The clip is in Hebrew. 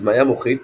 הדמיה מוחית